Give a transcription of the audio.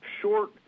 short